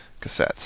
cassettes